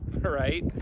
right